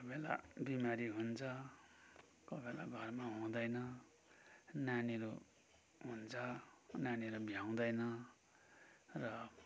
कोहीबेला बिमारी हुन्छ कोहीबेला घरमा हुँदैन नानीहरू हुन्छ नानीहरू भ्याउँदैन र